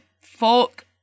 folk